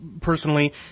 personally